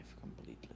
completely